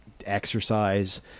exercise